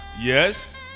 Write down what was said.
Yes